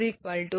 015 150